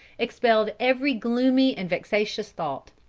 expelled every gloomy and vexatious thought.